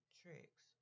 tricks